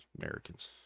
Americans